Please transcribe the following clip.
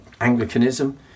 Anglicanism